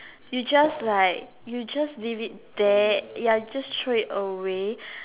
you just like you just leave it there ya you just throw it away